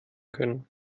können